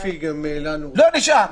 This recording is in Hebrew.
לא נשאר.